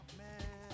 man